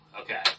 Okay